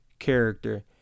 character